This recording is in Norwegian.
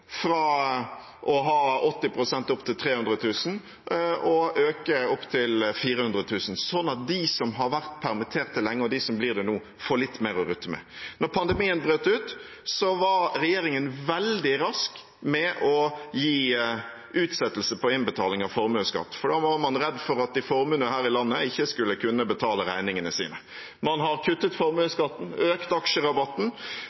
fra å ha 80 pst. opp til 300 000 kr og øke opp til 400 000 kr, slik at de som har vært permittert lenge, og de som blir det nå, får litt mer å rutte med. Da pandemien brøt ut, var regjeringen veldig rask med å gi utsettelse på innbetaling av formuesskatt, for da var man redd for at de formuende her i landet ikke skulle kunne betale regningene sine. Man har kuttet